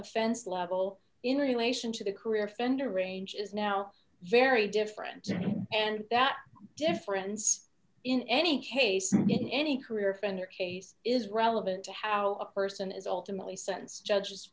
offense level in relation to the career offender range is now very different and that difference in any case in getting any career offender case is relevant to how a person is ultimately sentence judges